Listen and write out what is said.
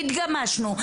התגמשנו,